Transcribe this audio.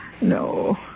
No